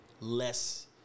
less